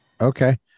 Okay